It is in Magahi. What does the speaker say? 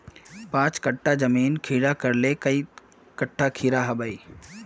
पाँच कट्ठा जमीन खीरा करले काई कुंटल खीरा हाँ बई?